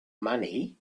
money